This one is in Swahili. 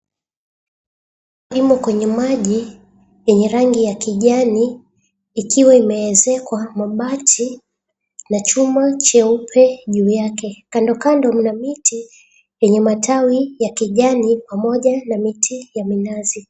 Boti limo kwenye maji yenye rangi ya kijani ikiwa imeezekwa mabati na chuma cheupe juu yake. Kando kando kuna miti yenye matawi ya kijani pamoja na miti ya minazi.